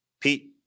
Pete